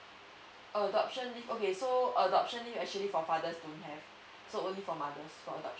adoption leave okay so adoption leave actually for fathers don't have so only for mothers for adoption